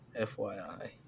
FYI